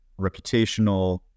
reputational